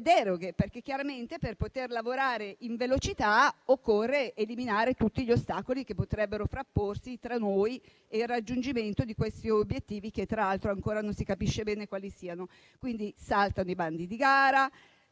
deroghe. Chiaramente, per poter lavorare in velocità, occorre eliminare tutti gli ostacoli che potrebbero frapporsi tra noi e il raggiungimento di questi obiettivi che, tra l'altro, ancora non si capisce bene quali siano. Saltano allora i bandi di gara,